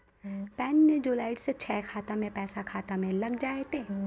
Pan ने जोड़लऽ छै खाता मे पैसा खाता मे लग जयतै?